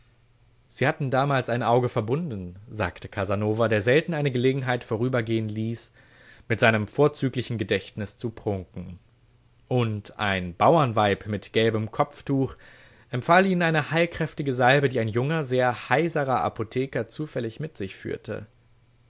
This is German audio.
sie hatten damals ein auge verbunden sagte casanova der selten eine gelegenheit vorübergehen ließ mit seinem vorzüglichen gedächtnis zu prunken und ein bauernweib mit gelbem kopftuch empfahl ihnen eine heilkräftige salbe die ein junger sehr heisrer apotheker zufällig mit sich führte